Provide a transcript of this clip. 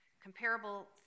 Comparable